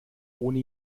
ohne